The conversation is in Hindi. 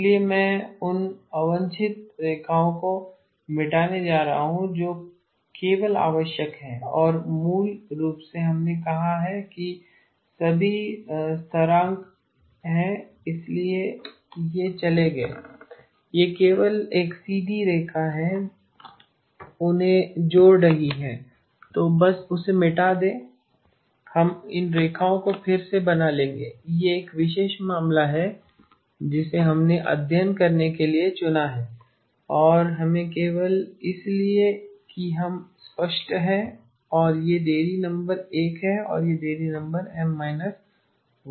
इसलिए मैं उन अवांछित रेखाओं को मिटाने जा रहा हूं जो केवल आवश्यक हैं और मूल रूप से हमने कहा है कि ये सभी स्थिरांक हैं इसलिए ये चले गए हैं यह केवल एक सीधी रेखा है जो उन्हें जोड़ रही है तो बस इसे मिटा दें हम इन रेखाओं को फिर से बना लेंगे यह एक विशेष मामला है जिसे हमने अध्ययन करने के लिए चुना है और हमें केवल इसलिए कि हम स्पष्ट हैं कि यह देरी नंबर एक है और यह देरी नंबर M 1 है